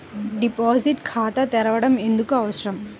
Deposit ఖాతా తెరవడం ఎందుకు అవసరం?